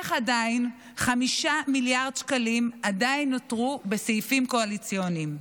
איך 5 מיליארד שקלים עדיין נותרו בסעיפים קואליציוניים.